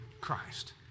Christ